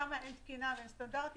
שם אין תקינה ואין סטנדרטים.